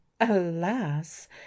alas